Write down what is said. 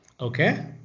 Okay